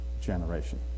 generation